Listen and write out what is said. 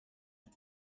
tun